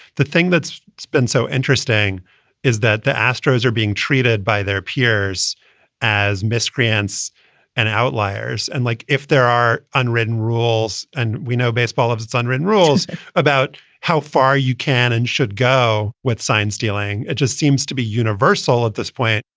the thing that's been so interesting is that the astros are being treated by their peers as miscreants and outliers. and like if there are unwritten rules and we know baseball has its unwritten rules about how. you can and should go with science dealing. it just seems to be universal at this point,